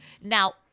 Now